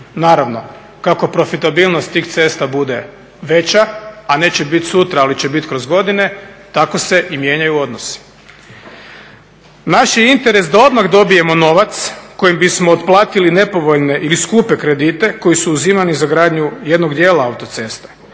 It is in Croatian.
Naravno, kako profitabilnost tih cesta bude veća, neće bit sutra ali će bit kroz godine, tako se i mijenjaju odnosi. Naš je interes da odmah dobijemo novac kojim bismo otplatili nepovoljne ili skupe kredite koji su uzimani za gradnju jednog dijela autocesta.